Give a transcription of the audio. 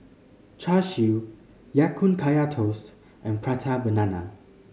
Char Siu Ya Kun Kaya Toast and Prata Banana